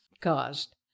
caused